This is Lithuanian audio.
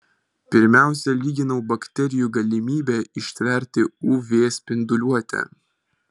pirmiausia lyginau bakterijų galimybę ištverti uv spinduliuotę